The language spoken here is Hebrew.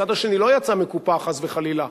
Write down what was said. הצד השני לא יצא מקופח חס וחלילה.